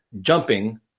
jumping